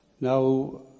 now